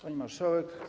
Pani Marszałek!